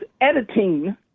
editing